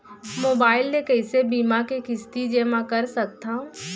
Mobile ले कइसे बीमा के किस्ती जेमा कर सकथव?